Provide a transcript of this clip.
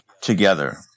together